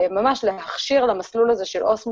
ממש להכשיר למסלול הזה של עו"ס משטרה,